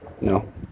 No